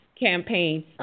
campaign